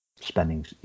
spending